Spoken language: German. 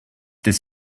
des